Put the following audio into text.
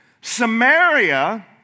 Samaria